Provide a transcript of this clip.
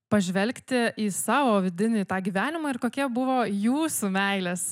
pažvelgti į savo vidinį tą gyvenimą ir kokie buvo jūsų meilės